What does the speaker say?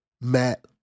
Matt